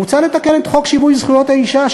מוצע לתקן את חוק שיווי זכויות האישה,